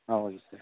ah okay sir